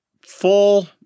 full